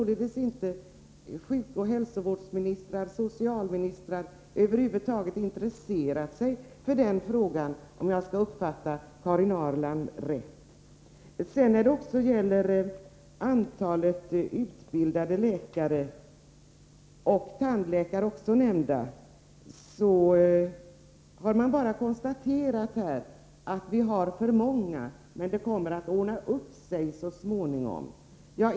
De andra sjukoch hälsovårdsministrarna eller socialministrarna har över huvud taget inte intresserat sig för den frågan, om jag uppfattat Karin Ahrland rätt. När det gäller antalet utbildade läkare — tandläkare nämns också — har man bara konstaterat att vi har för många. Men det kommer att ordna upp sig så småningom, tycks man ha menat.